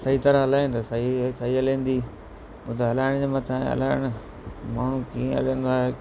सही तरह हलायूं त सही सही हलंदी हू त हलाइण जे मथां आहे हलाइण माण्हू कीअं हलंदो आहे